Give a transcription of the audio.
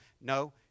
No